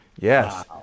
Yes